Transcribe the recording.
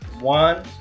one